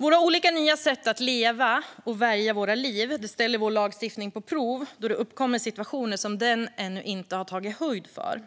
Våra olika nya sätt att leva och välja våra liv sätter vår lagstiftning på prov då det uppkommer situationer som den ännu inte har tagit höjd för.